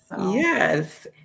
Yes